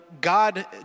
God